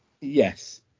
Yes